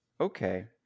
okay